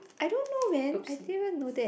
I don't man I didn't even know that